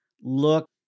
look